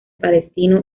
palestino